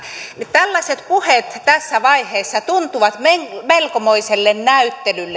tällaiset puheet tässä vaiheessa tuntuvat melkoiselta näyttelyltä